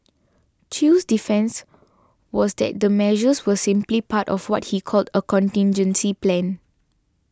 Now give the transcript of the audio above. Chew's defence was that the measures were simply part of what he called a contingency plan